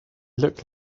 looked